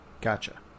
Gotcha